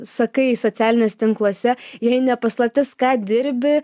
sakai socialiniuose tinkluose ir jei ne paslaptis ką dirbi